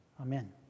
Amen